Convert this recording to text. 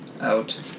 Out